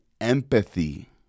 empathy